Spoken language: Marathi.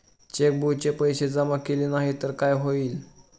चेकबुकचे पैसे जमा केले नाही तर काय होईल?